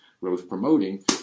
growth-promoting